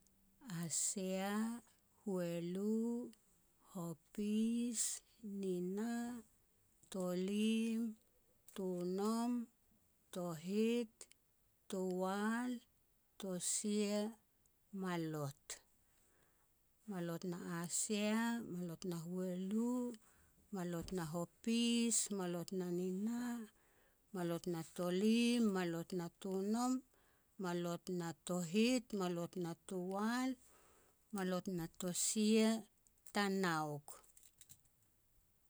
Asia, hualu, hopis, nina, tolim, tonom, tohit, towal, tosia, malot. Malot na asia, malot na hualu, malot na hopis, malot na nina, malot na tolim, malot na tonom, malot na tohit, malot na towal, malot na tosia, tanauk.